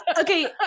okay